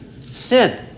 sin